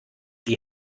die